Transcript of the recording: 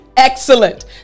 Excellent